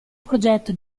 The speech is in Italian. progetto